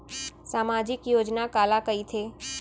सामाजिक योजना काला कहिथे?